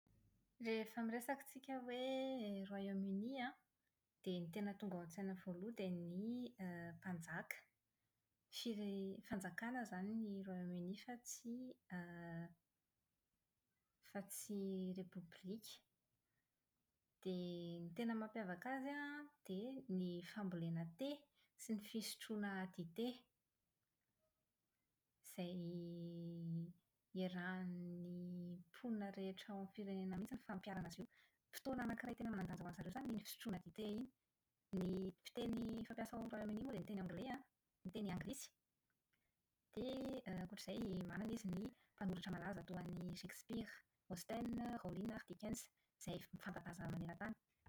Rehefa miresaka tsika hoe Royaume-Uni an, dia ny tena tonga ao an-tsaina voaloha dia ny mpanjaka. Fire- fanjakàna izany ny Royaume-Uni fa tsy Repoblika. Dia ny tena mampiavaka azy an, dia ny fambolena "thé" sy ny fisotroana dite. Izay > iarahan'ny mponina rehetra ao amin'ny firenena mihitsy ny fampiharana azy io. Fotoana anakiray tena manan-danja ho an'izareo izany ny fisotroana dite iny. Ny fiteny fampiasa ao amin'ny Royaume-Uni moa dia ny teny "anglais" an, ny teny anglisy. Dia > ankoatr'izay manana izy ny mpanoratra malaz toa an'i Shakespeare, Austen, Rowling ary Dickens izay fanta-daza maneran-tany.